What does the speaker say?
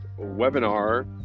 webinar